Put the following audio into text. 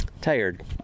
Tired